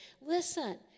Listen